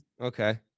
Okay